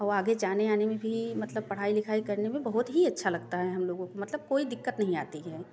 और आगे जाने आने में भी मतलब पढ़ाई लिखाई करने में बहुत ही अच्छा लगता है हम लोगों को मतलब कोई दिक्कत नहीं आती है